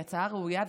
היא הצעה ראויה,